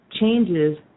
changes